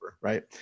right